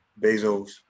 Bezos